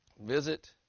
visit